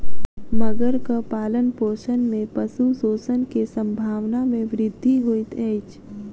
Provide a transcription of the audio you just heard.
मगरक पालनपोषण में पशु शोषण के संभावना में वृद्धि होइत अछि